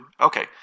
Okay